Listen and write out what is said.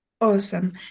Awesome